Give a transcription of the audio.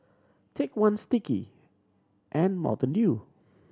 Take One Sticky and Mountain Dew